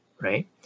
right